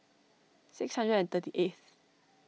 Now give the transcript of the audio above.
six hundred and thirty eighth